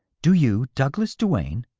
do you, douglas duane,